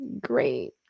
Great